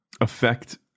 affect